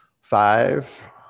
five